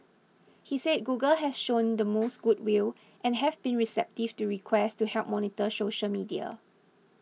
he said Google has shown the most good will and have been receptive to requests to help monitor social media